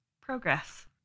progress